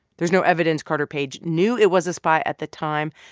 there's no evidence carter page knew it was a spy at the time,